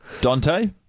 Dante